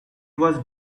was